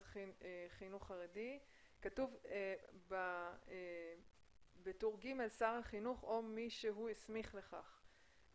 חינוך חרדי) כתוב בטור ג' "שר החינוך או מי שהוא הסמיך לכך".